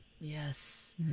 Yes